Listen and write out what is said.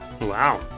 Wow